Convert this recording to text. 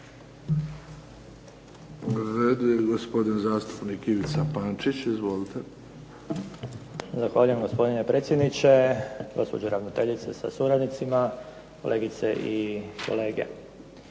Na redu je gospodin zastupnik Ivica Pančić. Izvolite. **Pančić, Ivica (HSD)** Zahvaljujem gospodine predsjedniče, gospođo ravnateljice sa suradnicima, kolegice i kolege.